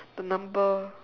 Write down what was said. the number